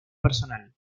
personal